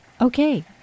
Okay